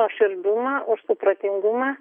nuoširdumą už supratingumą